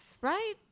right